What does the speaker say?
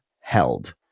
Held